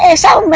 ah so